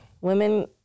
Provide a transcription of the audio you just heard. Women